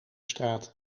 straat